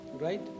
Right